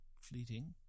fleeting